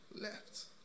Left